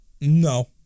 No